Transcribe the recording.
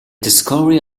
discovery